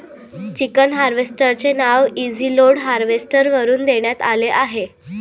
chicken harvester चे नाव easy load harvester वरून देण्यात आले आहे